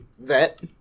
vet